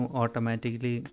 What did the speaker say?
automatically